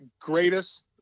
Greatest